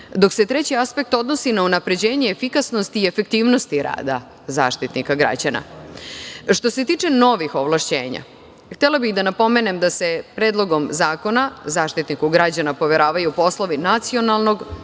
Treći aspekt se odnosi na unapređenje efikasnosti i efektivnosti rada Zaštitnika građana. Što se tiče novih ovlašćenja, htela bih da napomenem da se Predlogom zakona Zaštitniku građana poveravaju poslovi nacionalnog,